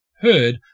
heard